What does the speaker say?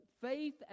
Faith